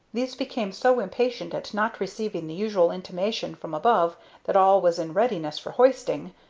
these became so impatient at not receiving the usual intimation from above that all was in readiness for hoisting,